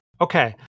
Okay